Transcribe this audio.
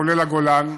כולל הגולן,